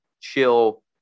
chill